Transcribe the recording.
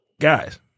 guys